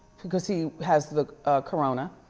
because he has the corona.